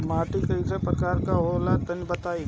माटी कै प्रकार के होला तनि बताई?